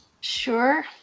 Sure